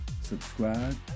subscribe